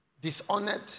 dishonored